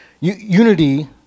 unity